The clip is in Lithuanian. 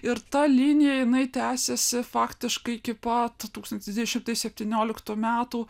ir ta linija jinai tęsiasi faktiškai iki pat tūkstantis devyni šimtai septynioliktų metų